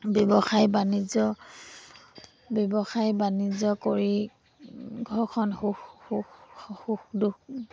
ব্যৱসায় বাণিজ্য ব্যৱসায় বাণিজ্য কৰি ঘৰখন সুখ সুখ সুখ দুখ